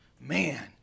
Man